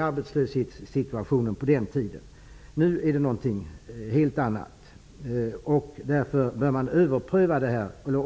arbetslöshetsläge på den tiden. Nu är det någonting helt annat. Man bör därför ompröva beslutet.